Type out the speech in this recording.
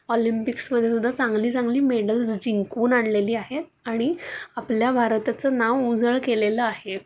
ऑलिम्पिक्समध्ये सुद्धा चांगली चांगली मेडल्स जिंकून आणलेली आहेत आणि आपल्या भारताचं नाव उजळ केलेलं आहे